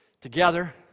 together